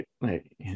Right